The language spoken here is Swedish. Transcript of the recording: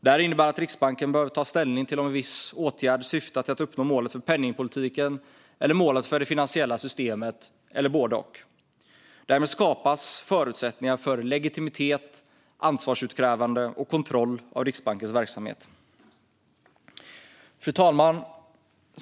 Detta innebär att Riksbanken behöver ta ställning till om en viss åtgärd syftar till att uppnå målet för penningpolitiken, målet för det finansiella systemet eller både och. Därmed skapas förutsättningar för legitimitet, ansvarsutkrävande och kontroll av Riksbankens verksamhet. Fru talman!